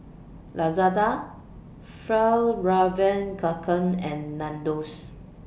Lazada Fjallraven Kanken and Nandos